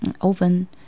oven